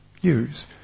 use